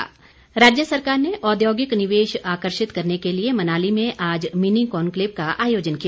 मुख्यमंत्री राज्य सरकार ने औद्योगिक निवेश आकर्षित करने के लिए मनाली में आज मिनी कॉन्क्लेव का आयोजन किया